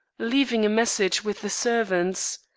leaving a message with the servants.